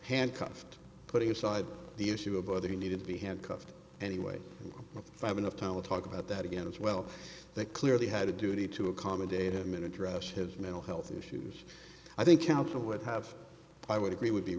handcuffed putting aside the issue of other he needed to be handcuffed anyway if i have enough time to talk about that again as well they clearly had a duty to accommodate him in address his mental health issues i think counsel would have i would agree would be